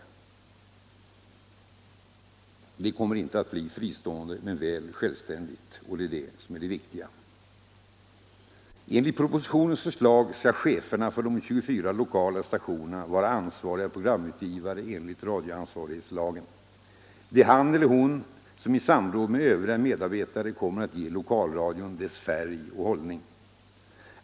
Programföretagen kommer inte att bli fristående — men väl självständiga. Det är det som är det viktiga. Propositionens förslag innebär att cheferna för de 24 lokala stationerna skall vara ansvariga programutgivare enligt radioansvarighetslagen. Det är han eller hon på chefsstolen som i samråd med övriga medarbetare kommer att ge lokalradion dess färg och hållning.